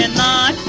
and da